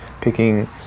picking